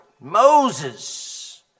Moses